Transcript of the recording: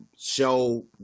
show